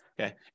okay